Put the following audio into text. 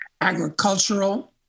agricultural